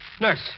Nurse